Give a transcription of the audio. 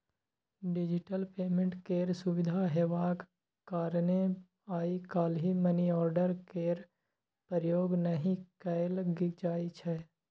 digital payment केर सुविधा हेबाक कारणेँ आइ काल्हि मनीआर्डर केर प्रयोग नहि कयल जाइ छै